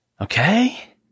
Okay